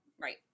right